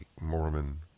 Mormon